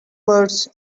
words